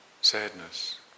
sadness